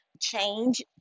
change